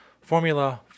Formula